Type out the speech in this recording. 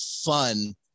fun